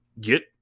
get